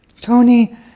Tony